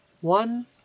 One